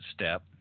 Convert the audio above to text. step